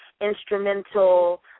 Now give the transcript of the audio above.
instrumental